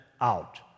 out